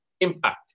impact